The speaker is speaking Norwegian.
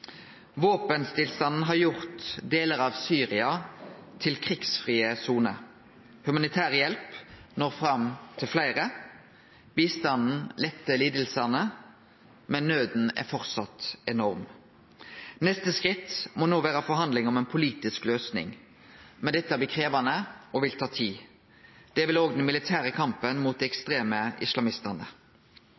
har gjort delar av Syria til krigsfrie soner. Humanitær hjelp når fram til fleire, bistanden lettar lidingane, men nøda er framleis enorm. Neste skritt må no vere forhandling om ei politisk løysing. Men dette blir krevjande og vil ta tid. Det vil òg den militære kampen mot dei ekstreme islamistane.